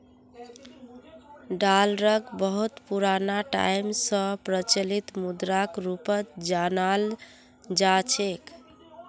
डालरक बहुत पुराना टाइम स प्रचलित मुद्राक रूपत जानाल जा छेक